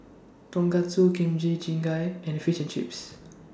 Tonkatsu Kimchi Jjigae and Fish and Chips